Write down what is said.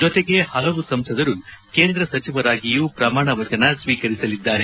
ಜೊತೆಗೆ ಹಲವು ಸಂಸದರು ಕೇಂದ್ರ ಸಚಿವರಾಗಿಯೂ ಪ್ರಮಾಣ ವಚನ ಸ್ನೀಕರಿಸಲಿದ್ದಾರೆ